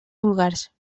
vulgars